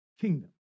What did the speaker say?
kingdom